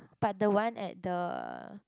but the one at the